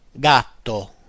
gatto